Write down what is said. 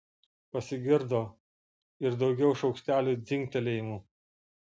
pasigirdo ir daugiau šaukštelių dzingtelėjimų